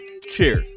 cheers